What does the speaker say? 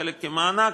חלק כמענק,